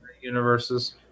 universes